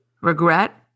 regret